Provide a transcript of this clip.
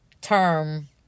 term